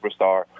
superstar